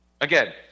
Again